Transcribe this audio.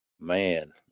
Man